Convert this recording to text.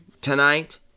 tonight